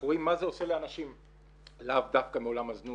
את עובדת עם חגי.